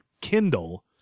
Kindle